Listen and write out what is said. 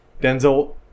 Denzel